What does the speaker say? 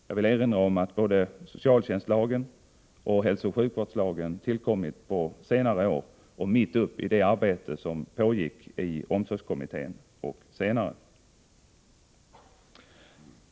Jag vill erinra om att både socialtjänstlagen och hälsooch sjukvårdslagen tillkommit på senare år, mitt uppe i det arbete som pågick i omsorgskommittén.